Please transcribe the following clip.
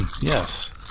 Yes